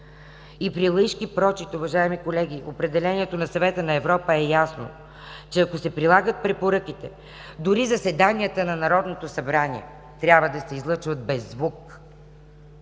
и при лаишки прочит, уважаеми колеги, определението на Съвета на Европа е ясно, че ако се прилагат препоръките, дори заседанията на Народното събрание трябва да се излъчват без звук,